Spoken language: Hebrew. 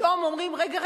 פתאום אומרים: רגע,